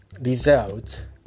result